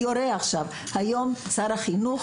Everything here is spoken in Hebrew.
היום, שר החינוך